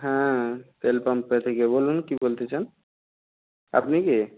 হ্যাঁ তেল পাম্পে থেকে বলুন কী বলতে চান আপনি কে